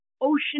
ocean